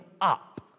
up